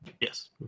Yes